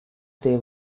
there